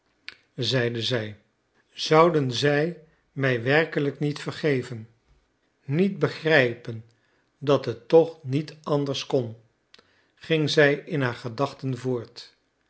zeide zij zouden zij mij werkelijk niet vergeven niet begrijpen dat het toch niet anders kon ging zij in haar gedachten voort